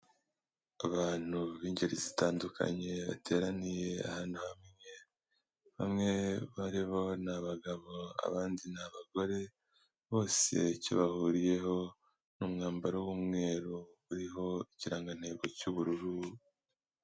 Abantu b'ingeri zitandukanye bateraniye ahantu hamwe, bamwe barimo ni abagabo abandi ni abagore bose icyo bahuriyeho ni umwambaro w'umweru uriho ikirangantego cy'ubururu.